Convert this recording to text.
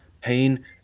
pain